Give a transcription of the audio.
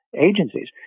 agencies